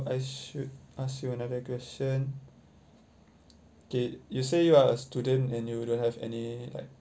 I should ask you another question okay you say you are a student and you don't have any like